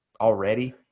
already